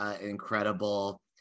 incredible